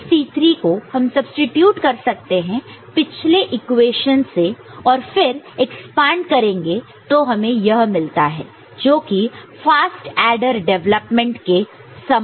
इस C3 को हम सब्सीट्यूट कर सकते हैं पिछले इक्वेशन equation से और फिर एक्सपेंड करेंगे तो हमें यह मिलता है जोकि फास्ट एडर डेवलपमेंट के समान है